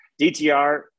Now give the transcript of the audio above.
DTR